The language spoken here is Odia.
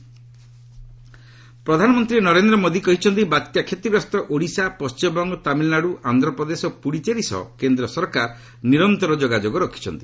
ପିଏମ୍ ଫନୀ ପ୍ରଧାନମନ୍ତ୍ରୀ ନରେନ୍ଦ୍ର ମୋଦି କହିଛନ୍ତି ବାତ୍ୟା କ୍ଷତିଗ୍ରସ୍ତ ଓଡ଼ିଶା ପଣ୍ଟିମବଙ୍ଗ ତାମିଲ୍ନାଡୁ ଆନ୍ଧ୍ରପ୍ରଦେଶ ଓ ପୁଡ଼ୁଚେରୀ ସହ କେନ୍ଦ୍ର ସରକାର ନିରନ୍ତର ଯୋଗାଯୋଗ ରଖିଛନ୍ତି